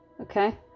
Okay